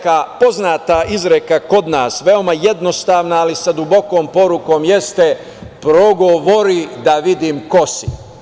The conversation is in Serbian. Poznata izreka kod nas, veoma jednostavna, ali sa dubokom porukom jeste – progovori da vidim ko si.